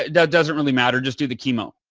that doesn't really matter. just do the chemo.